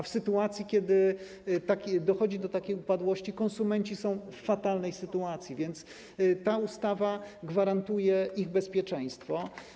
W sytuacji, kiedy dochodzi do takiej upadłości, konsumenci są w fatalnej sytuacji, a ta ustawa gwarantuje ich bezpieczeństwo.